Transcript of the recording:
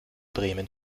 bremen